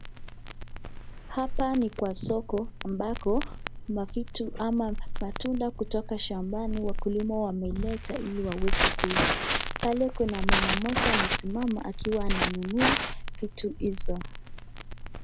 Hapa ni kwa soko ambako kuna vitu ama matunda kutoka shambani wakulima wameileta ili waweze kuiuza, pale kuna mama mmoja amesimama akiwa ananunua vitu hizo.